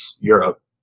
Europe